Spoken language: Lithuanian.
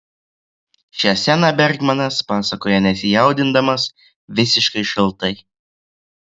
šią sceną bergmanas pasakoja nesijaudindamas visiškai šaltai